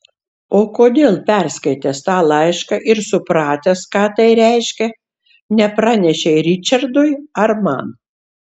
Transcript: o kodėl perskaitęs tą laišką ir supratęs ką tai reiškia nepranešei ričardui ar man